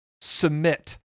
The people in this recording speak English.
submit